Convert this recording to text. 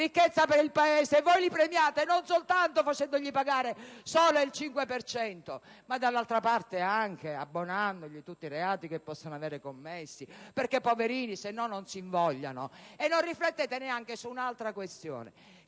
ricchezza per il Paese, date un premio, non soltanto facendo loro pagare solo il 5 per cento, ma anche abbonando loro tutti i reati che possono avere commesso, perché, poverini, se no non si invogliano. E non riflettete anche su un'altra questione: